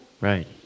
Right